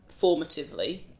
formatively